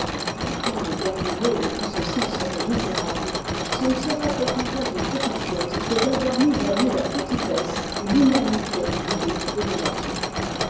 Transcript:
et quand le dernier mot de tout ceci serait misérable ce ne sera pourtant pas une petite chose que d'avoir mis à nu la petitesse ou l'inanité du but de la nature